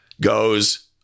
goes